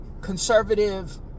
conservative